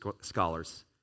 scholars